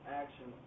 action